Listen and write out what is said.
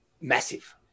massive